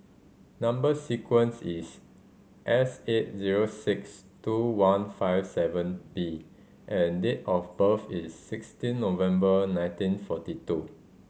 number sequence is S eight zero six two one five seven B and date of birth is sixteen November nineteen forty two